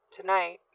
Tonight